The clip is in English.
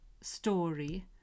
story